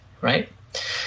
right